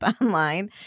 online